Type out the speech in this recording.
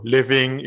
Living